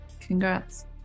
congrats